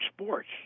sports